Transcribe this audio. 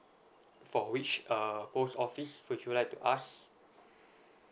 for which err post office would you like to ask